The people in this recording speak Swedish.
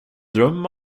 dröm